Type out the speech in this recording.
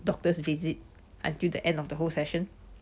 doctor's visit until the end of the whole session